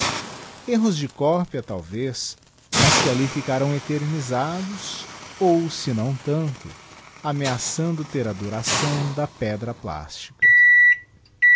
enos de cópia talvez mas que alli ficarão eternisados ou se não tanto ameaçando ter a duração da pedra plástica